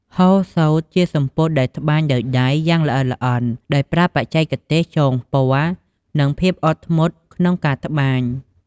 ហូលសូត្រ ជាសំពត់ដែលត្បាញដោយដៃយ៉ាងល្អិតល្អន់ ដោយប្រើបច្ចេកទេសចងពណ៌ និងភាពអត់ធ្មត់ក្នុងការត្បាញ។